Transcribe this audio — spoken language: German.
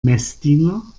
messdiener